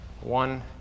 One